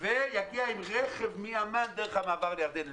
ויגיע עם רכב מעמאן דרך המעבר לירדן.